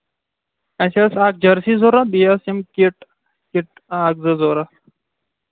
اَسہِ ٲسۍ اکھ جٔرسی ضروٗرت بیٚیہِ ٲسۍ یِم کِٹ کِٹ آ اکھ زٕ ضروٗرت